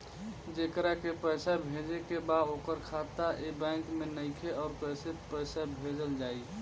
जेकरा के पैसा भेजे के बा ओकर खाता ए बैंक मे नईखे और कैसे पैसा भेजल जायी?